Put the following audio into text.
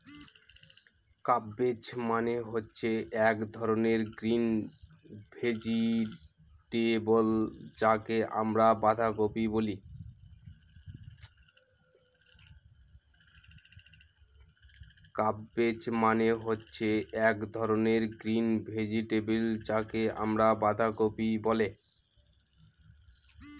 cabbage মানে হচ্ছে এক ধরনের গ্রিন ভেজিটেবল যাকে আমরা বাঁধাকপি বলে